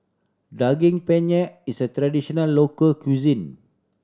Daging Penyet is a traditional local cuisine